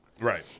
Right